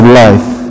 life